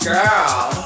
Girl